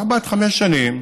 ארבע עד חמש שנים.